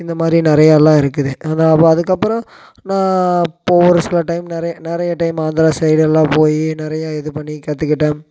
இந்த மாதிரி நிறையால்லாம் இருக்குது அதான் அப்போ அதுக்கப்புறம் நான் போகிற சில டைம் நிறைய நிறைய டைம் ஆந்திரா சைடெல்லாம் போய் நிறையா இது பண்ணி கற்றுக்கிட்டேன்